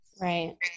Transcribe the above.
right